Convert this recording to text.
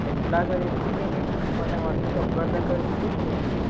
సెట్లాగా తీసుకుంటే మీకు తక్కువనే పడుతుంది ఒక్కటి లెక్క తీసుకుంటే టూ హండ్రెడ్